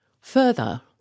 Further